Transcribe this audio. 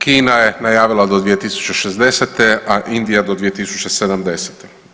Kina je najavila do 2060. a Indija do 2070.